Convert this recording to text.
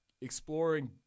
exploring